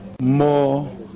more